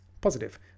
positive